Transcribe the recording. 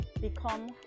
become